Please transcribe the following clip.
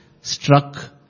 struck